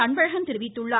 அன்பழகன் தெரிவித்துள்ளார்